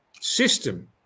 system